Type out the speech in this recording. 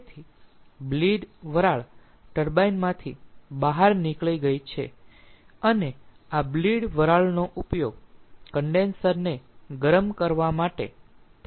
તેથી બ્લીડ વરાળ ટર્બાઇન માંથી બહાર નીકળી ગઈ છે અને આ બ્લીડ વરાળનો ઉપયોગ કન્ડેન્સર ને ગરમ કરવા માટે કરવામાં આવશે